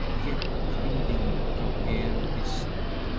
yet dreading to hear his step.